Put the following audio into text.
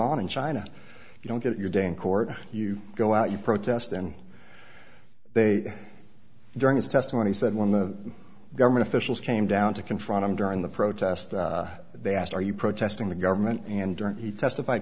on in china you don't get your day in court you go out you protest and they during his testimony said when the government officials came down to confront him during the protest they asked are you protesting the government and during he testified